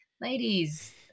ladies